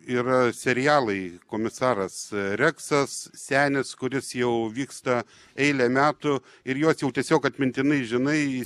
ir serialai komisaras reksas senis kuris jau vyksta eilę metų ir juos jau tiesiog atmintinai žinai